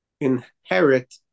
inherit